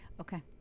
Okay